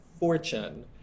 fortune